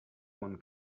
one